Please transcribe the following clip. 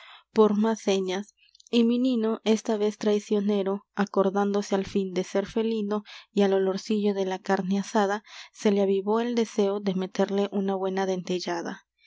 por m á s señas y minino esta vez traicionero acordándose al fin de ser felino y al olorcillo de la carne asada se le avivó el deseo de meterle una buena dentellada